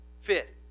Fifth